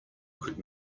could